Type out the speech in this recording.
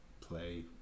play